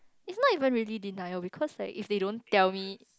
is not even really denial because like if they don't tell me